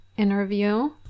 interview